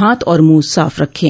हाथ और मुंह साफ रखें